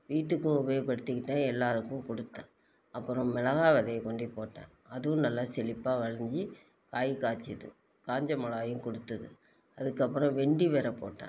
வீட்டுக்கும் உபயோகப்படுத்திகிட்டேன் எல்லாருக்கும் கொடுத்தேன் அப்புறம் மிளகா விதைய கொண்டி போட்டேன் அதுவும் நல்லா செழிப்பாக விளஞ்சி காய் காய்ச்சிது காஞ்ச மிளாயும் கொடுத்துது அதுக்கப்புறம் வெண்டி வெர போட்டேன்